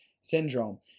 syndrome